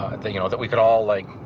you know that we could all like,